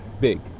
big